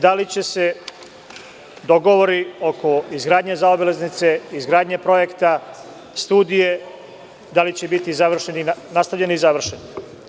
Da li će se dogovori oko izgradnje zaobilaznice, izgradnje projekta, studije, biti nastavljeni i završeni?